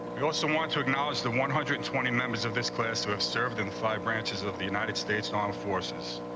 we also want to acknowledge the one hundred and twenty members of this class to have served in five branches of the united states and armed forces.